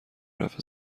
رفع